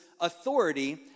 authority